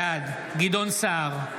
בעד גדעון סער,